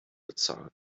bezahlen